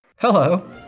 Hello